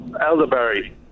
elderberry